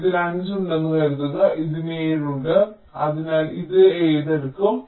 ഇതിന് 5 ഉണ്ടെന്ന് കരുതുക ഇതിന് 7 ഉണ്ട് അതിനാൽ ഇത് ഇത് എടുക്കും